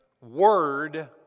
word